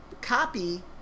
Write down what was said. copy